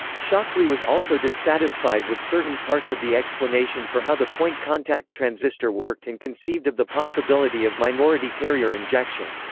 shockley was also dissatisfied with certain parts of the explanation for how the point contact transistor worked and conceived of the possibility of minority carrier injection.